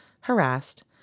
harassed